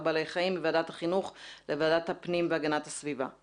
בעלי חיים מוועדת החינוך לוועדת הפנים והגנת הסביבה.